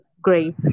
great